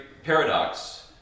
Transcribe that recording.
paradox